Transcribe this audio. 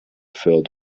filled